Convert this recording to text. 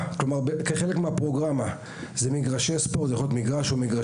כחלק מהתכנית זה יכול להיות מגרש ספורט או מגרשים